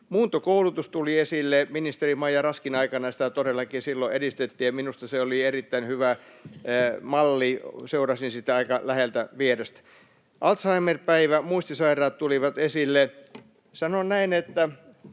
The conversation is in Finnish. Muuntokoulutus tuli esille. Ministeri Maija Raskin aikana sitä todellakin silloin edistettiin, ja minusta se oli erittäin hyvä malli. Seurasin sitä aika läheltä vierestä. Alzheimer-päivä, muistisairaat tulivat esille. Sanon näin, että